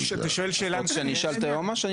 שאני אשאל את היועמ"ש?